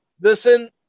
Listen